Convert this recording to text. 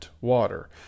water